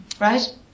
Right